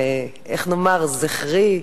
איך נאמר, מזכרי,